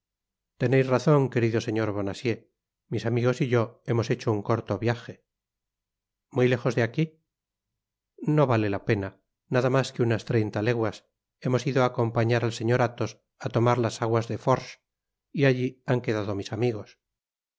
teneis razon querido señor bonacieux mis amigos y yo hemos hecho un corto viaje muy léjos de aquí no vale la pena nada mas que unas treinta leguas hemos ido á acom pañar al señor athos á tomar tas aguas de forges y allí han quedado mis amigos